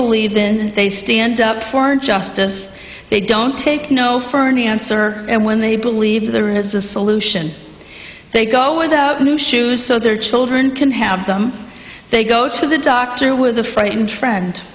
believe then they stand up for justice they don't take no for an answer and when they believe there is a solution they go without new shoes so their children can have them they go to the doctor with a frightened friend